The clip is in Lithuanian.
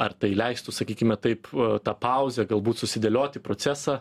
ar tai leistų sakykime taip tą pauzę galbūt susidėlioti procesą